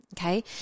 Okay